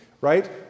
right